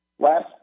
last